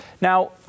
Now